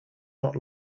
not